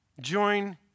Join